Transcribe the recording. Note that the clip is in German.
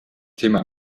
thema